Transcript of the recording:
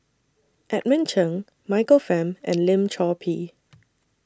Edmund Cheng Michael Fam and Lim Chor Pee